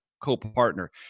co-partner